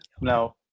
No